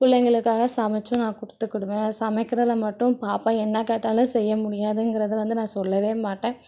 பிள்ளைங்களுக்காக சமைச்சும் நான் கொடுத்துக்கிடுவேன் சமைக்கிறதுல மட்டும் பாப்பா என்ன கேட்டாலும் செய்ய முடியாதுங்கிறத வந்து நான் சொல்லவே மாட்டேன்